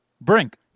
Brink